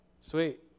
Sweet